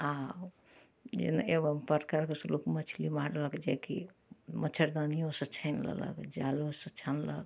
आ जायमे एगो बड़का किछु लोक मछली मारलक जे कि मच्छरदानियोसँ छानि लेलक जालो सँ छनलक